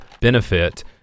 benefit